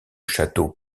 château